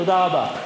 תודה רבה.